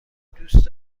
دوست